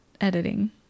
editing